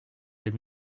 des